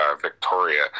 Victoria